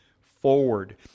forward